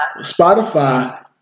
Spotify